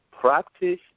practice